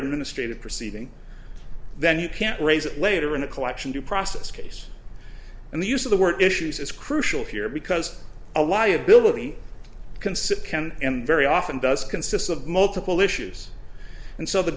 administrative proceeding then you can't raise it later in the collection due process case and the use of the word issues is crucial here because a liability considered can and very often does consist of multiple issues and so the